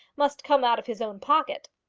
must come out of his own pocket.